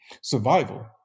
Survival